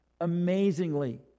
amazingly